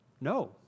No